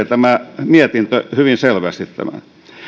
tämä mietintö tuomitsee hyvin selvästi tämän